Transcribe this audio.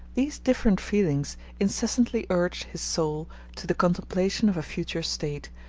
these different feelings incessantly urge his soul to the contemplation of a future state,